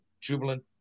jubilant